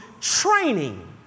training